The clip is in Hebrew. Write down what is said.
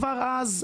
כבר אז,